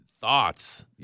thoughts